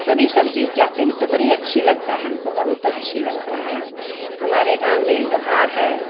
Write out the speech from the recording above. सभी सब्जी उपजाते हैं तो बड़ी अच्छी लगता है हमको बहुत अच्छी लगता है हमारे गाँव में लोहार है